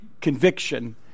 conviction